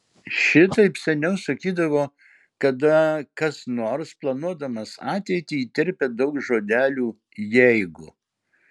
šitaip seniau sakydavo kada kas nors planuodamas ateitį įterpia daug žodelių jeigu